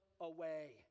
away